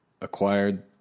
acquired